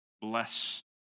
bless